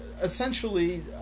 essentially